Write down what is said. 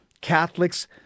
Catholics